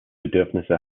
bedürfnisse